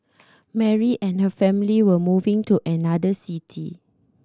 Mary and her family were moving to another city